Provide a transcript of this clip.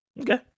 Okay